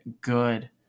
good